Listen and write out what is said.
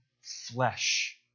flesh